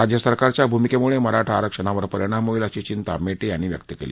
राज्य सरकारच्या भूमिकेमुळे मराठा आरक्षणावर परिणाम होईल अशी यिंता मे ियांनी व्यक्त केली